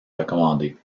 recommandée